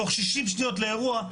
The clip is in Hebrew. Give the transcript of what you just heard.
תוך 60 שניות לאירוע,